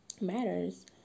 matters